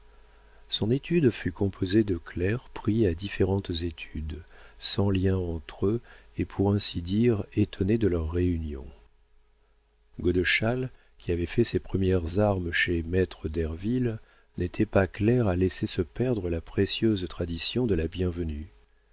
son étude fut composée de clercs pris à différentes études sans liens entre eux et pour ainsi dire étonnés de leur réunion godeschal qui avait fait ses premières armes chez maître derville n'était pas clerc à laisser se perdre la précieuse tradition de la bienvenue